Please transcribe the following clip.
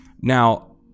Now